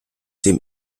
dem